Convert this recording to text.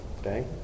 okay